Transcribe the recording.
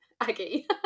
aggie